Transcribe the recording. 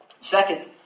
Second